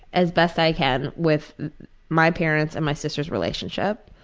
as best i can with my parents and my sisters' relationship.